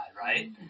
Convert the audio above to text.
right